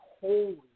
Holy